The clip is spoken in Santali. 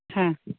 ᱦᱮᱸ